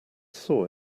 saw